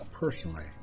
personally